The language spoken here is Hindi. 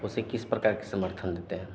उसे किस प्रकार की समर्थन देते हैं